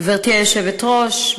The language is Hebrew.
גברתי היושבת-ראש,